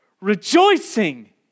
rejoicing